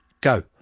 Go